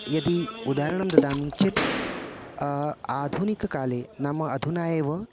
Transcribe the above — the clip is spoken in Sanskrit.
यदि उदाहरणं ददामि चेत् आधुनिककाले नाम अधुना एव